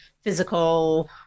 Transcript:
Physical